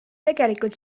tegelikult